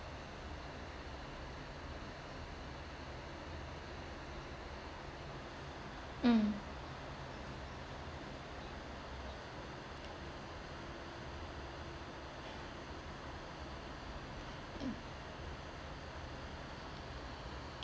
um